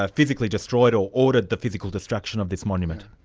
ah physically destroyed, or ordered the physical destruction of this monument.